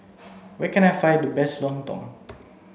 where can I find the best Lontong